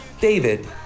David